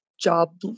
job